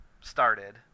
started